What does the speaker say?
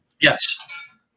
Yes